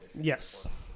Yes